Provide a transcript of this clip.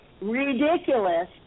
ridiculous